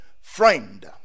friend